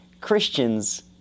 Christians